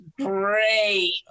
great